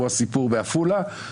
כמו בדוגמאות שהבאתי.